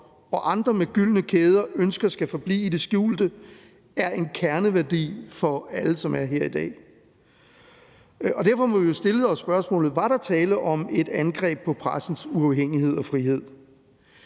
og andre med gyldne kæder ønsker skal forblive i det skjulte, er en kerneværdi for alle, som er her i dag. Derfor må vi stille os spørgsmålet, om der var tale om et angreb på pressens uafhængighed og frihed.